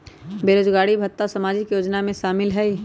बेरोजगारी भत्ता सामाजिक योजना में शामिल ह ई?